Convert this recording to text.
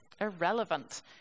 irrelevant